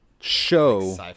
show